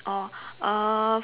oh uh